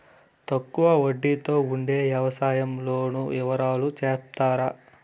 తక్కువ వడ్డీ తో ఉండే వ్యవసాయం లోను వివరాలు సెప్తారా?